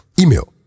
Email